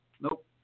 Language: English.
nope